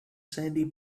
sandy